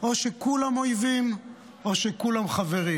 או שכולם אויבים או שכולם חברים,